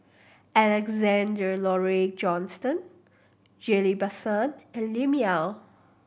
Alexander Laurie Johnston Ghillie Basan and Lim Yau